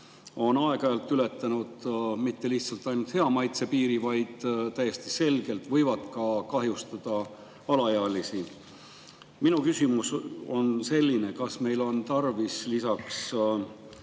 aeg-ajalt ületavad mitte ainult hea maitse piiri, vaid täiesti selgelt võivad kahjustada alaealisi. Minu küsimus on selline: kas meil on tarvis lisaks